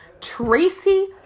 Tracy